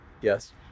Yes